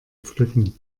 pflücken